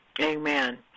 Amen